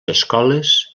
escoles